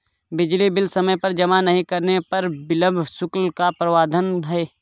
बिजली बिल समय पर जमा नहीं करने पर विलम्ब शुल्क का प्रावधान है